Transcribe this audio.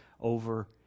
over